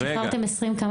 הוביל לאי-פתיחת כיתות.